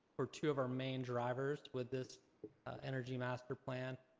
were two of our main drivers with this energy master plan.